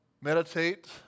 meditate